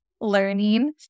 learning